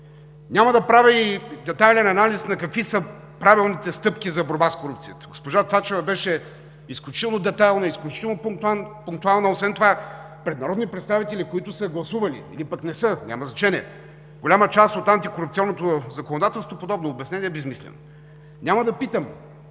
Няма да правя и детайлен анализ на какви са правилните стъпки за борба с корупцията. Госпожа Цачева беше изключително детайлна, изключително пунктуална, освен това пред народни представители, които са гласували, или пък не са – няма значение, голяма част от антикорупционното законодателство подобно обяснение е безсмислено. Няма да питам